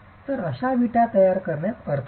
तर अशा विटा तयार करण्यात अर्थ नाही